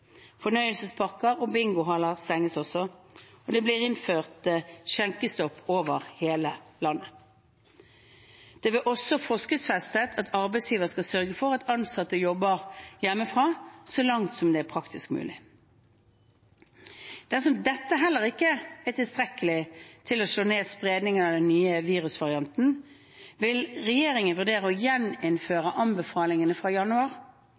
og bingohaller stenges også. Det vil bli innført skjenkestopp over hele landet. Det vil også forskriftsfestes at arbeidsgiver skal sørge for at ansatte jobber hjemmefra så langt det er praktisk mulig. Dersom dette heller ikke er tilstrekkelig til å slå ned spredningen av den nye virusvarianten, vil regjeringen vurdere å gjeninnføre anbefalingene fra januar,